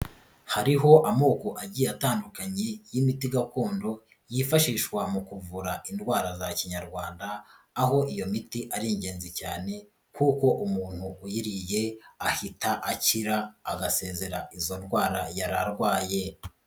Hariho amoko agiye atandukanye y'imiti gakondo, yifashishwa mu kuvura indwara za kinyarwanda, aho iyo miti ari ingenzi cyane kuko umuntu uyiriye ahita akira, agasezera izo ndwara yari arwaye.